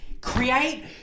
Create